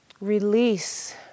Release